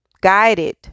guided